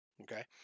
Okay